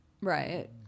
right